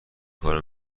کارو